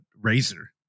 razor